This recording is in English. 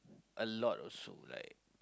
a lot also like